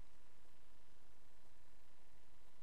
מזמין